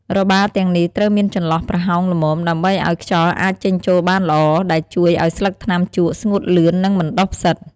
របារទាំងនេះត្រូវមានចន្លោះប្រហោងល្មម ដើម្បីអោយខ្យល់អាចចេញចូលបានល្អ ដែលជួយអោយស្លឹកថ្នាំជក់ស្ងួតលឿន និងមិនដុះផ្សិត។